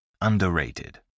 Underrated